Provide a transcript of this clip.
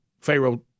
Pharaoh